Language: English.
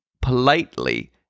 politely